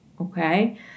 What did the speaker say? Okay